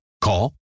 Call